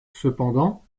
cependant